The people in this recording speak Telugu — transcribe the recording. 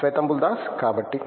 శేతంబుల్ దాస్ కాబట్టి